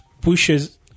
pushes